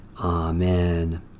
Amen